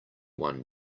one